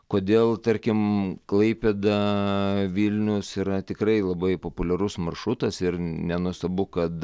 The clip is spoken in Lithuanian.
kodėl tarkim klaipėda vilnius yra tikrai labai populiarus maršrutas ir nenuostabu kad